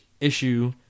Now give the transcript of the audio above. issue